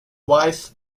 wife